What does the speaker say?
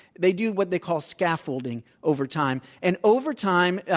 they do what they call, scaffolding, over time. and over time,